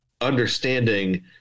understanding